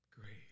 great